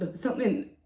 but something